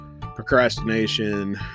procrastination